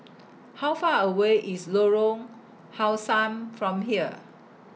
How Far away IS Lorong How Sun from here